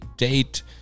Date